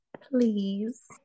Please